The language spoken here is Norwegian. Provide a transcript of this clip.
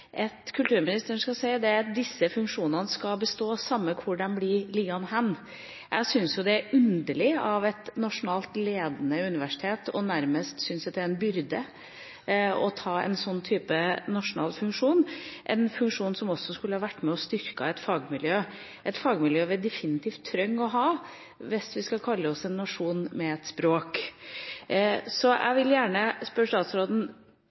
at disse funksjonene skal bestå, uansett hvor de blir liggende hen. Jeg syns det er underlig av et nasjonalt, ledende universitet å syns at det nærmest er en byrde å ha en sånn nasjonal funksjon, en funksjon som også skal være med på å styrke et fagmiljø vi definitivt trenger hvis vi skal kalle oss en nasjon med et språk. Jeg vil gjerne spørre statsråden: